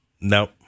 Nope